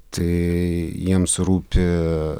tai jiems rūpi